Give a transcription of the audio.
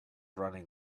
running